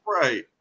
Right